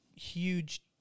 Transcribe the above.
huge